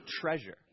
treasure